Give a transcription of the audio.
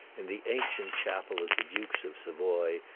in the ancient chapel of the dukes of savoy,